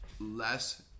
less